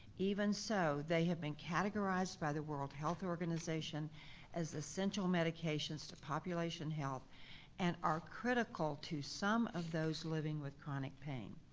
even so, they have been categorized by the world health organization as essential medications to population health and are critical to some of those living with chronic pain.